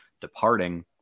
departing